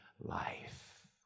life